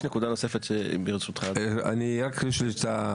אבקש לקבל